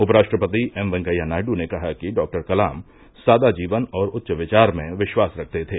उपराष्ट्रपति एम वैकया नायडू ने कहा कि डॉ कलाम सादा जीवन और उच्च विचार में विश्वास रखते थे